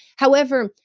however,